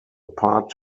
part